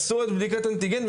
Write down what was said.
עשו את בדיקת האנטיגן,